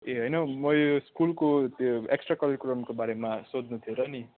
ए होइन हौ म यो स्कुलको त्यो एक्स्ट्रा करिकुलम विषयमा सोध्नु थियो र नि